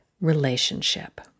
relationship